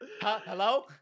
Hello